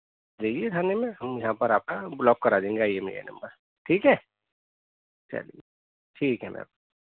دیجیے تھانے میں ہم یہاں پر آپ کا بلاک کرا دیں گے I M E I number ٹھیک ہے چلیے ٹھیک ہے میم